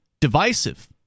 divisive